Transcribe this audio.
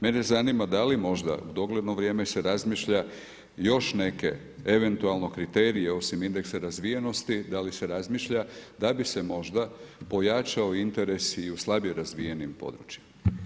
Mene zanima da li možda u dogledno vrijeme se razmišlja još neke eventualno kriterije osim indeksa razvijenosti, da li se razmišlja da bi se možda pojačao interes i u slabije razvijenim područjima.